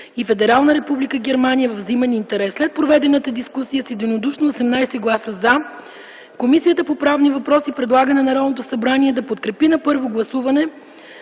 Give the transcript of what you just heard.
и Федерална република Германия във взаимен интерес. След проведената дискусия, единодушно с 18 гласа „за”, Комисията по правни въпроси предлага на Народното събрание да подкрепи на първо гласуване